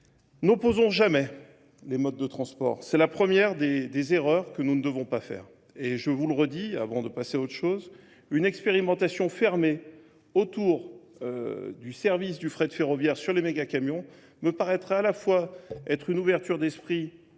N'opposons jamais les modes de transport. C'est la première des erreurs que nous ne devons pas faire. Et je vous le redis, avant de passer à autre chose, une expérimentation fermée autour du service du frais de ferroviaire sur les méga-camions me paraîtrait à la fois être une ouverture d'esprit